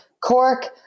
Cork